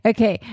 Okay